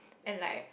and like